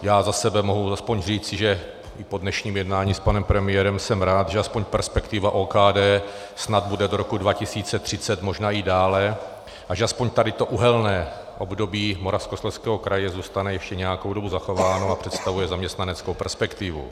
Já za sebe mohu aspoň říci, že po dnešním jednání s panem premiérem jsem rád, že aspoň perspektiva OKD snad bude do roku 2030, možná i dále, a že aspoň to uhelné období Moravskoslezského kraje zůstane ještě nějakou dobu zachováno a představuje zaměstnaneckou perspektivu.